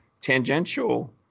tangential